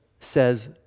says